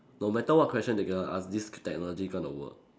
no matter what question they're going to ask this technology gonna work